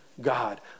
God